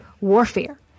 warfare